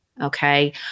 okay